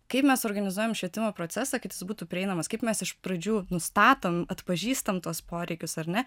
kaip mes organizuojam švietimo procesą kad jis būtų prieinamas kaip mes iš pradžių nustatom atpažįstam tuos poreikius ar ne